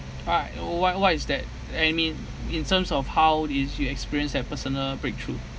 why oh why why is that I mean in terms of how is your experience at personal breakthrough